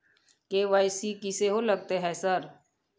KYC की सेहो लगतै है सर?